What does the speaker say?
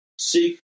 seek